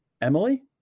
Emily